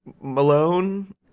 Malone